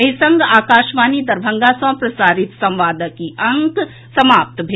एहि संग आकाशवाणी दरभंगा सँ प्रसारित संवादक ई अंक समाप्त भेल